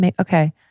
Okay